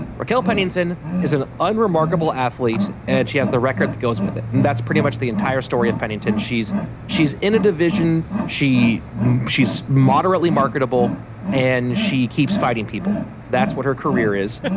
kel pennington is an unremarkable athlete and she has the record that goes with it. that's pretty much the entire story of pennington she's she's in a division she she's moderately marketable and she keeps fighting people. that's what her career is.